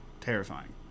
terrifying